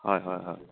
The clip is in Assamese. হয় হয় হয়